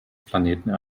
planeten